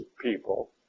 people